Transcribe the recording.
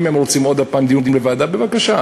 אם הם רוצים עוד הפעם דיון בוועדה, בבקשה.